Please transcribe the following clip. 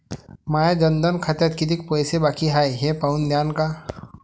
माया जनधन खात्यात कितीक पैसे बाकी हाय हे पाहून द्यान का?